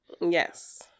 Yes